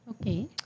Okay